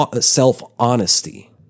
self-honesty